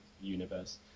universe